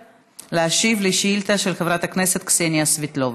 להשיב לשאילתה של חברת הכנסת קסניה סבטלובה.